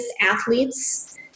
athletes